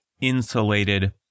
insulated